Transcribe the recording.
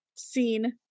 Seen